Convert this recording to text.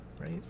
right